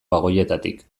bagoietatik